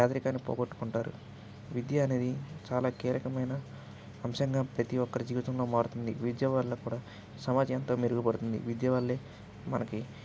పేదరికాన్ని పోగొట్టుకుంటారు విద్య అనేది చాలా కీలకమైన అంశంగా ప్రతీ ఒక్కరి జీవితంలో మారుతుంది విద్య వల్ల కూడా సమాజం ఎంతో మెరుగుపడుతుంది విద్య వల్లే మనకి